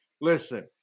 Listen